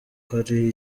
hari